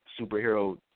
superhero